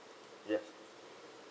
yes